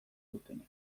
dutenek